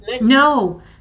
No